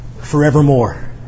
forevermore